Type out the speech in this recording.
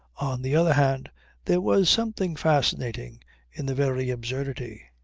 on the other hand there was something fascinating in the very absurdity.